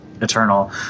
Eternal